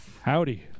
Howdy